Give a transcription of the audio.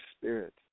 Spirit